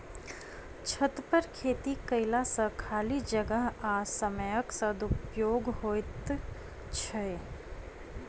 छतपर खेती कयला सॅ खाली जगह आ समयक सदुपयोग होइत छै